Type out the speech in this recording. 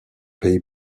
pays